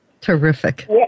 Terrific